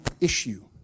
issue